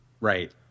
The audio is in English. Right